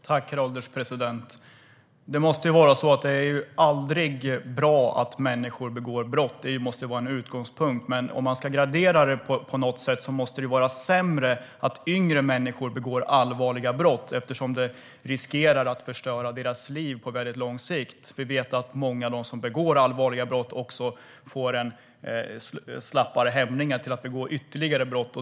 Herr ålderspresident! Det är aldrig bra att människor begår brott, det måste vara utgångspunkten. Om man ska gradera det måste det vara sämre att yngre människor begår allvarliga brott, eftersom det riskerar att förstöra deras liv på väldigt lång sikt. Många av dem som begår allvarliga brott får mindre hämningar för att begå ytterligare brott.